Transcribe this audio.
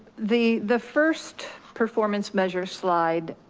the the first performance measure slide.